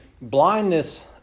blindness